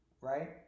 right